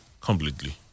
completely